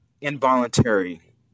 involuntary